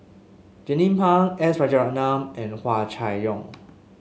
Jernnine Pang S Rajaratnam and Hua Chai Yong